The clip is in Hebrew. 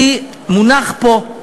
מונח פה,